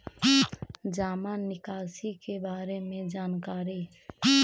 जामा निकासी के बारे में जानकारी?